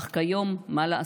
/ אך כיום, מה לעשות,